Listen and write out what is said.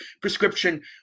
prescription